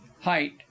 Height